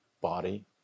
body